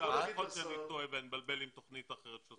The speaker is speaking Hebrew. יכול להיות שאני טועה ואני מתבלבל עם תוכנית אחרת.